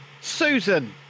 Susan